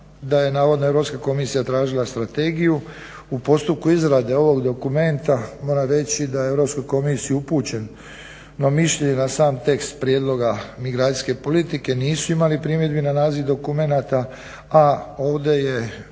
da je navodno Europska komisija tražila strategiju. U postupku izrade ovog dokumenta moram reći da je u Europsku komisiju upućeno mišljenje na sam tekst prijedloga migracijske politike nisu imali primjedbi na naziv dokumenata, a ovdje je